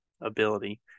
ability